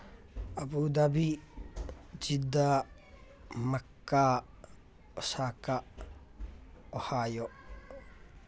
abu Dhabi Jeddah mecca Osaka ohio